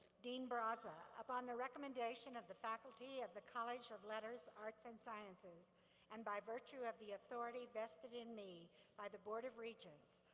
dean braza, upon the recommendation of the faculty of the college of letters, arts, and sciences and by virtue of the authority vested in me by the board of regents,